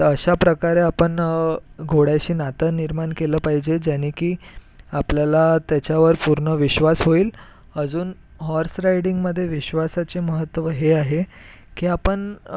तर अशाप्रकारे आपण घोड्याशी नातं निर्माण केलं पाहिजे ज्यानी की आपल्याला त्याच्यावर पूर्ण विश्वास होईल अजुन हॉर्स राइडिंगमध्ये विश्वासाचे महत्त्व हे आहे की आपण